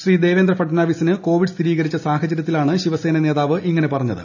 ശ്രീ ദേവേന്ദ്ര ഫഡ്നാവിസിന് കോവിഡ് സ്ഥിരീകരിച്ച സാഹചരൃത്തിലാണ് ശിവസേന നേതാവ് ഇങ്ങനെ പറഞ്ഞത്